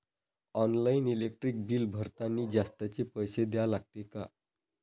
Online electric bill भरतानी जास्तचे पैसे द्या लागते का?